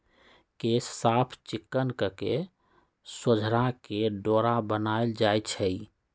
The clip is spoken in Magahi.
केश साफ़ चिक्कन कके सोझरा के डोरा बनाएल जाइ छइ